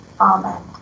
Amen